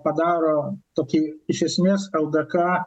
padaro tokį iš esmės ldk